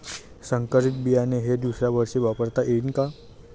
संकरीत बियाणे हे दुसऱ्यावर्षी वापरता येईन का?